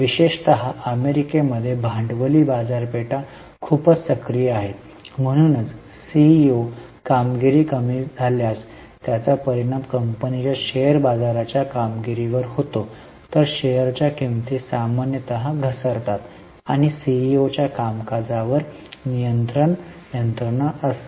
विशेषतः अमेरिकेमध्ये भांडवली बाजारपेठा खूपच सक्रिय आहेत म्हणूनच सीईओ कामगिरी कमी झाल्यास त्याचा परिणाम कंपनीच्या शेअर बाजाराच्या कामगिरीवर होतो तर शेअरच्या किंमती सामान्यत घसरतात आणि सीईओच्या कामकाजावर नियंत्रण यंत्रणा असते